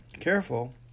careful